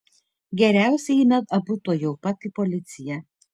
geriausiai eime abu tuojau pat į policiją